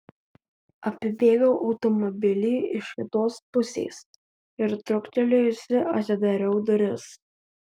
apibėgau automobilį iš kitos pusės ir trūktelėjusi atidariau duris